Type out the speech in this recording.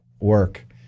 work